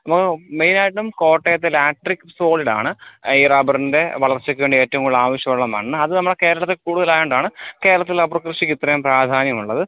അപ്പം മെയിനായിട്ടും കോട്ടയത്ത് ലാട്രിക് സോളിഡാണ് ഈ റബ്ബറിൻ്റെ വളർച്ചക്ക് വേണ്ടി ഏറ്റവും കൂടൽ ആവശ്യമുള്ള മണ്ണ് അത് നമ്മളുടെ കേരളത്തിൽ കൂടുതലായത് കൊണ്ടാണ് കേരളത്തിൽ റബ്ബർ കൃഷിക്ക് ഇത്രയും പ്രാധാന്യം ഉള്ളത്